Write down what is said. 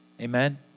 Amen